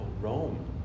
Rome